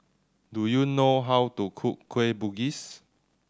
do you know how to cook Kueh Bugis